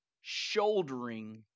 shouldering